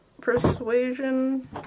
persuasion